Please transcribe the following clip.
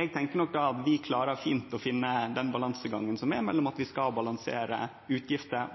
Eg tenkjer at vi klarer fint å finne den balansegangen som er mellom inntekter og